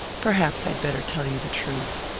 perhaps i'd better tell you the truth.